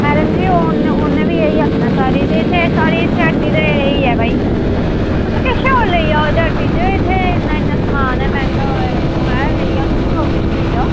madam ji उ'नै उ'नै बी एह् आक्खना साढ़ी ते साढ़ी इत्थें हट्टी ते एह् ऐ भाई तुस किश होर लेई जाओ इत्थै हट्टी ते इत्थै इ'न्नां इ'न्नां समान ऐ मैंह्गा ओ ऐ तुस लेई जाओ तुस होर किश लेई जाओ